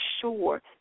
sure